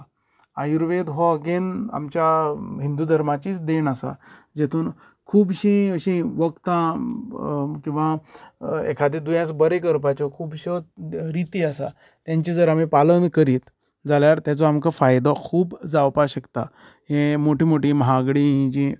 आयुर्वेद हो अगेन आमच्या हिंन्दू धर्माचीच देण आसा जेतून खूबशी अशीं वखदां किंवा एखादे दुयेंस बरें करपाचे खुबश्या रिती आसात तेंचे जर आमी पालन करीत जाल्यार तेंचो फायदो आमकां खूब जावपाक शकता ही मोठी मोठी महागडी ही जी